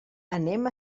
anem